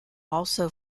also